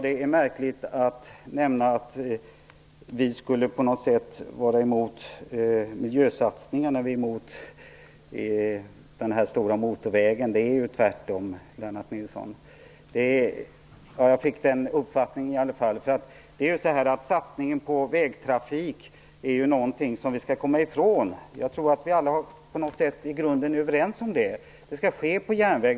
Det är märkligt att nämna att Miljöpartiet på något sätt skulle vara emot miljösatsningar när vi är emot den stora motorvägen. Det är tvärtom, Lennart Nilsson. Jag fick i varje fall den uppfattningen att Lennart Nilsson menade det. Satsningen på vägtrafik är någonting som vi skall komma ifrån. Jag tror att vi alla på något sätt i grunden är överens om det.